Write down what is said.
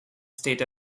state